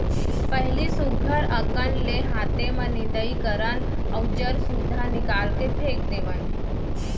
पहिली सुग्घर अकन ले हाते म निंदई करन अउ जर सुद्धा निकाल के फेक देवन